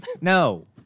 no